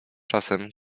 czasem